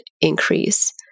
increase